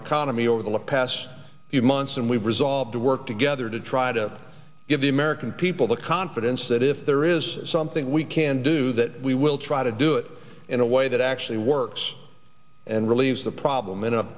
economy over the past few months and we've resolved to work together to try to give the american people the confidence that if there is something we can do that we will try to do it in a way that actually works and relieves the problem in